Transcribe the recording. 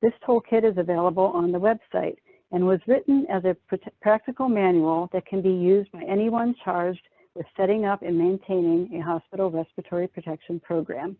this toolkit is available on the website and was written as a practical manual that can be used by anyone charged with setting up and maintaining a hospital respiratory protection program.